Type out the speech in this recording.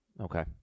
Okay